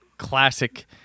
Classic